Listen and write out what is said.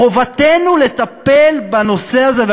חובתנו לטפל בנושא הזה,